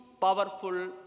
powerful